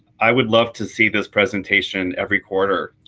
i would love to see this presentation every quarter.